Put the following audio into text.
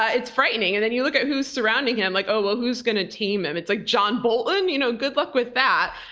ah it's frightening. and then you look at who's surrounding him, like well who's gonna tame him? it's like, john bolton? you know, good luck with that.